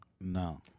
No